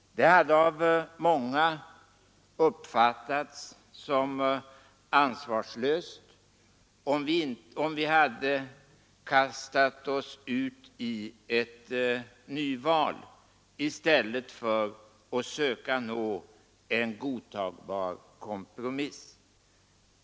Det hade av många uppfattats som ansvarslöst, om vi hade kastat oss ut i ett nyval i stället för att söka nå en godtagbar kompromiss.